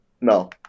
No